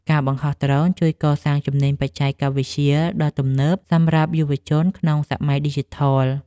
ការបង្ហោះដ្រូនជួយកសាងជំនាញបច្ចេកវិទ្យាដ៏ទំនើបសម្រាប់យុវជនក្នុងសម័យឌីជីថល។